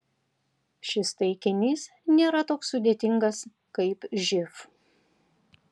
šis taikinys nėra toks sudėtingas kaip živ